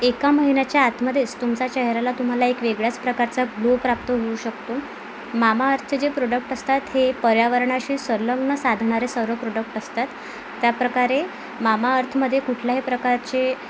एका महिन्याच्या आतमध्येच तुमचा चेहऱ्याला तुम्हाला एक वेगळ्याच प्रकारचा ग्लो प्राप्त होऊ शकतो मामाअर्थचे जे प्रोडक्ट असतात हे पर्यावरणाशी संलग्न साधणारे सर्व प्रोडक्ट असतात त्या प्रकारे मामाअर्थमधे कुठल्याही प्रकारचे